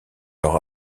leur